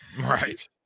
Right